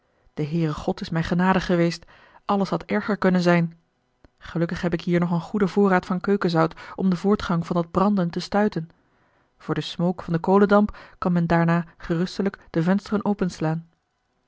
de heere god is mij genadig geweest alles had erger kunnen zijn gelukkig heb ik hier nog een goeden voorraad van keukenzout om den voortgang van dat branden te stuiten voor den smook van de kolendamp kan men daarna gerustelijk de vensteren openslaan